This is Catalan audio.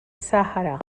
sàhara